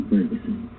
Ferguson